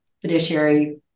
fiduciary